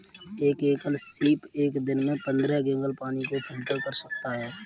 एक एकल सीप एक दिन में पन्द्रह गैलन पानी को फिल्टर कर सकता है